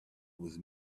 was